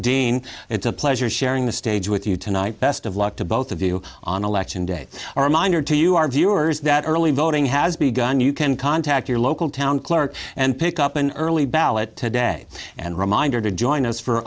dean it's a pleasure sharing the stage with you tonight best of luck to both of you on election day reminder to you our viewers that early voting has begun you can contact your local town clerk and pick up an early ballot today and reminder to join us for